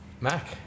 Mac